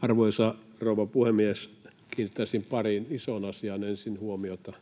Arvoisa rouva puhemies! Kiinnittäisin pariin isoon asiaan ensin huomiota.